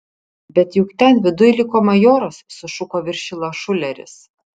bet juk ten viduj liko majoras sušuko viršila šuleris